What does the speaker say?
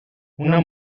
una